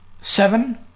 Seven